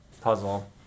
puzzle